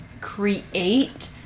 create